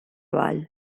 vall